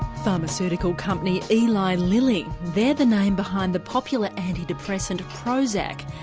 pharmaceutical company eli lilly, they're the name behind the popular antidepressant prozac.